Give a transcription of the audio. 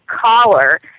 Collar